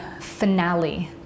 finale